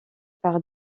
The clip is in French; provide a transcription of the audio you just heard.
par